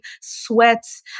sweats